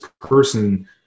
person